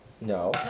No